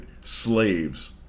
slaves